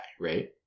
right